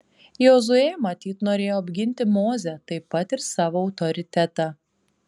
jozuė matyt norėjo apginti mozę taip pat ir savo autoritetą